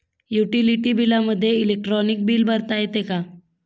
Utility बिलामध्ये electronic bill भरता येते का?